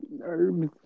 herbs